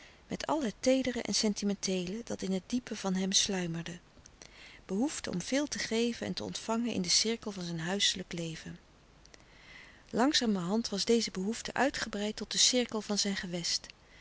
met al het teedere en sentimenteele dat in het diepe van hem sluimerde behoefte om veel te geven en te ontvangen in den cirkel van zijn huiselijk leven langzamerhand was deze behoefte uitgebreid tot den cirkel van zijn gewest